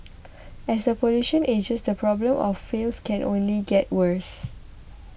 as the population ages the problem of falls can only get worse